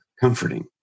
comforting